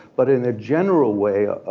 but in a general way,